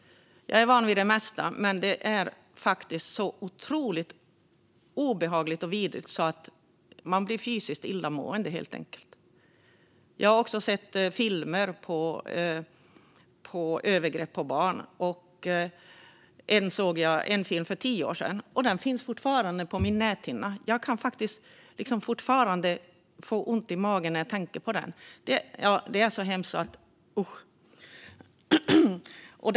Jag är van vid det mesta, men det här är så otroligt obehagligt och vidrigt att man blir fysiskt illamående. Jag har sett filmer med övergrepp på barn, och en film som jag såg för tio år sedan finns fortfarande kvar på min näthinna. Jag kan fortfarande få ont i magen när jag tänker på den, så hemsk var den.